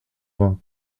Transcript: vingt